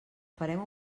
farem